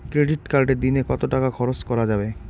Credit কার্ডে দিনে কত টাকা খরচ করা যাবে?